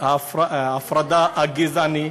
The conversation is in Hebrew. ההפרדה הגזענית.